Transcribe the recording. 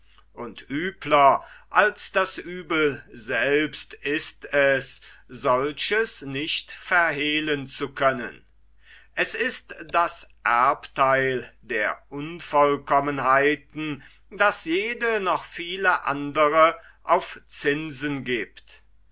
und übler als das uebel selbst ist es solches nicht verhehlen zu können es ist das erbtheil der unvollkommenheiten daß jede noch viele andre auf zinsen giebt